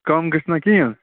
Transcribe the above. کم گَژھِ نہ کِہیٖنۍ